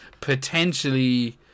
potentially